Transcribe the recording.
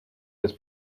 des